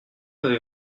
avez